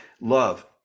love